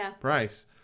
price